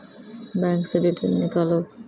Bank से detail नीकालव?